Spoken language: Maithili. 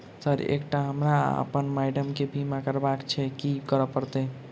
सर एकटा हमरा आ अप्पन माइडम केँ बीमा करबाक केँ छैय की करऽ परतै?